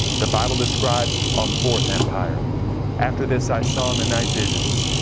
the bible describes a fourth empire after this i saw in the night visions,